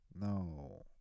No